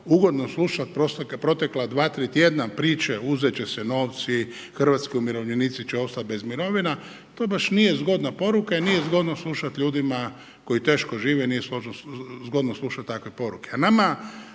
ugodno slušat protekla dva, tri tjedna priče uzet će se novci, hrvatski umirovljenici će ostati bez mirovina, to baš nije zgodna poruka i nije zgodno slušati ljudima koji teško žive, nije zgodno slušati takve poruke